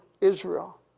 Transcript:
Israel